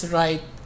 right